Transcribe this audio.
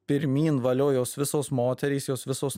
pirmyn valio jos visos moterys jos visos